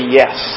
yes